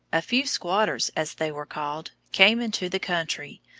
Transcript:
a few squatters, as they were called, came into the country,